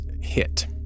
hit